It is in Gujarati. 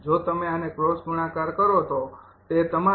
જો તમે આને ક્રોસ ગુણાકાર કરો તો તે તમારું